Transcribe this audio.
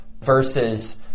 versus